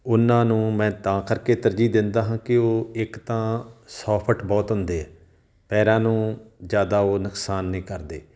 ਉਹਨਾਂ ਨੂੰ ਮੈਂ ਤਾਂ ਕਰਕੇ ਤਰਜੀਹ ਦਿੰਦਾ ਹਾਂ ਕਿ ਉਹ ਇੱਕ ਤਾਂ ਸੋਫਟ ਬਹੁਤ ਹੁੰਦੇ ਹੈ ਪੈਰਾਂ ਨੂੰ ਜ਼ਿਆਦਾ ਉਹ ਨੁਕਸਾਨ ਨਹੀਂ ਕਰਦੇ